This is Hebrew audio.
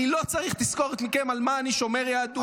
אני לא צריך תזכורת מכם על מה אני שומר יהדות.